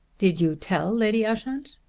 did you tell lady ushant?